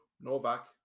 Novak